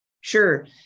Sure